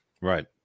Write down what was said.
Right